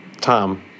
Tom